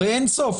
הרי אין סוף.